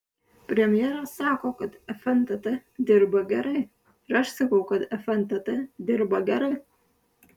premjeras sako kad fntt dirba gerai ir aš sakau kad fntt dirba gerai